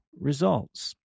results